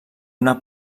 una